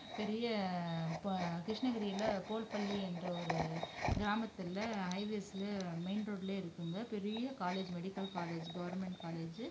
பெரிய இப்போ கிருஷ்ணகிரியில போல்பள்ளி என்ற ஒரு கிராமத்தில் ஹைவேஸ்லே மெயின் ரோடுலே இருக்கும்ங்க பெரிய காலேஜ் மெடிக்கல் காலேஜ் கவர்மெண்ட் காலேஜி